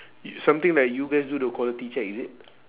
something like you guys do the quality check is it